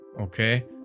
Okay